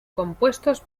compuestos